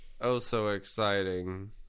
oh-so-exciting